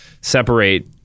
separate